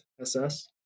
SS